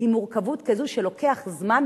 היא מורכבות כזאת שלוקח זמן,